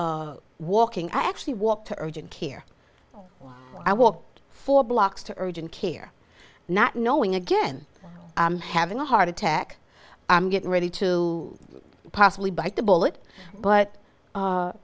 walking i actually walk to urgent care i walk four blocks to urgent care not knowing again i'm having a heart attack i'm getting ready to possibly bite the bullet but